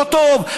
לא טוב,